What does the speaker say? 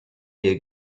here